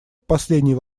последний